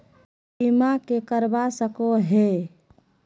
बीमा के करवा सको है?